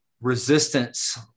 resistance